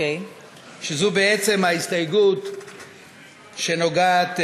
שזו בעצם ההסתייגות שנוגעת,